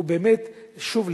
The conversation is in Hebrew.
היא באמת שוב,